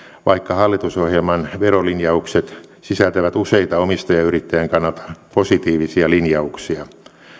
vaikka hallitusohjelman verolinjaukset sisältävät useita omistajayrittäjän kannalta positiivisia linjauksia